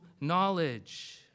knowledge